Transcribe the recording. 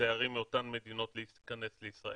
לתיירים מאותן מדינות להיכנס לישראל.